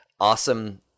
awesome